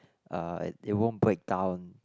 uh it it won't break down